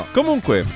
Comunque